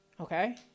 Okay